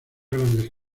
grandes